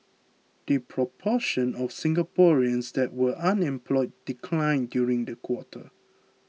the proportion of Singaporeans that were unemployed declined during the quarter